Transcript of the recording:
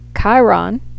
Chiron